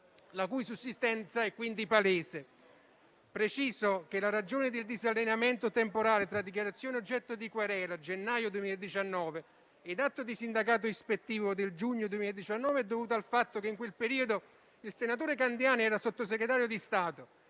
la cui sussistenza è quindi palese. Preciso che la ragione del disallineamento temporale tra dichiarazione oggetto di querela (gennaio 2019) e atto di sindacato ispettivo (giugno 2019) è dovuto al fatto che in quel periodo il senatore Candiani era sottosegretario di Stato,